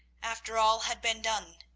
after all had been done,